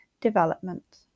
development